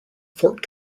fort